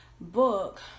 book